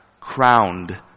crowned